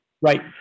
Right